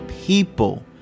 people